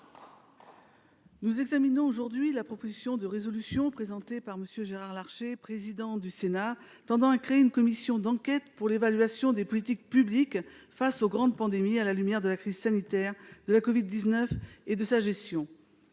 Nous examinons aujourd'hui une proposition de résolution présentée par M. Gérard Larcher, président du Sénat, tendant à créer une commission d'enquête pour l'évaluation des politiques publiques face aux grandes pandémies à la lumière de la crise sanitaire de la covid-19 et de sa gestion.